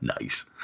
Nice